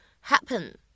happen